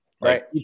Right